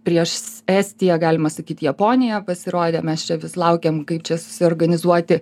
prieš estiją galima sakyt japonija pasirodė mes čia vis laukiam kaip čia susiorganizuoti